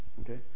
okay